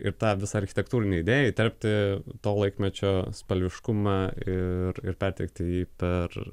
ir tą visą architektūrinę idėją įterpti to laikmečio spalviškumą ir ir perteikti per